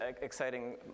exciting